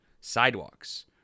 Sidewalks